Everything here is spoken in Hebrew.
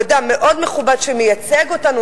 הוא אדם מאוד מכובד שמייצג אותנו,